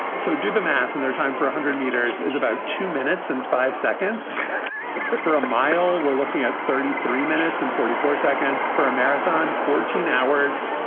so did the math, and their time for a hundred meters is about two minutes and five seconds for a mile. we're looking at thirty three minutes and forty four seconds for a marathon. fourteen hours,